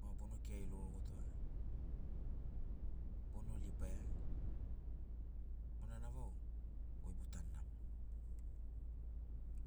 moga bono kirari lologotoa bono libaia monana vau goi botanu namoni